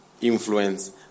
influence